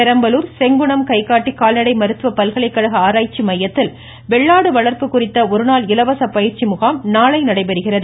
பெரம்பலூர் செங்குணம் கைகாட்டி கால்நடை மருத்துவ பல்கலைக்கழக ஆராய்ச்சி மையத்தில் வெள்ளாடு வளா்ப்பு குறித்த ஒருநாள் இலவச பயிற்சி முகாம் நாளை நடைபெறுகிறது